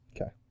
Okay